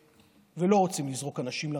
ולא רוצים לזרוק אנשים לרחוב.